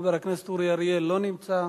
חבר הכנסת אורי אריאל, לא נמצא,